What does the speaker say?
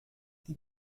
die